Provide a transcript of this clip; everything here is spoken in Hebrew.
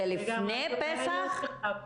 זה לפני פסח?